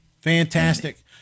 Fantastic